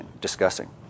discussing